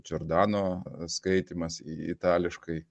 džordano skaitymas į itališkai